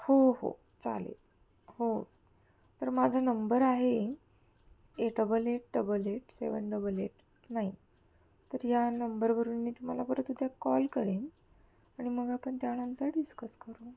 हो हो चालेल हो तर माझा नंबर आहे ए double eight double eight seven double eight nine तर या नंबरवरून मी तुम्हाला परत उद्या कॉल करेन आणि मग आपण त्यानंतर डिस्कस करू